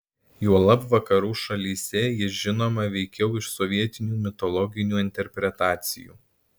juolab vakarų šalyse ji žinoma veikiau iš sovietinių mitologinių interpretacijų